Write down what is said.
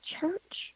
church